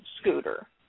Scooter